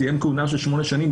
של 8 שנים,